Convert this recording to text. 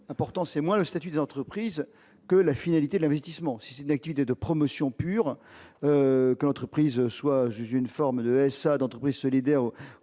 important c'est moins le statut de l'entreprise que la finalité de l'investissement, si c'est une activité de promotion pure que l'entreprise soit une forme de S. d'entreprise solidaire